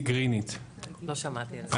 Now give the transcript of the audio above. לא שמעתי על זה.